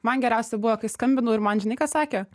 man geriausia buvo kai skambinau ir man žinai ką sakė